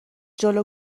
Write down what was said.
جلو